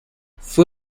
fue